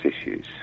issues